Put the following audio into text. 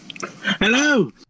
Hello